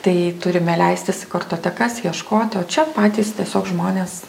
tai turime leistis į kartotekas ieškoti o čia patys tiesiog žmonės